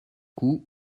coût